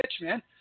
man